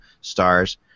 stars